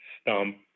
Stump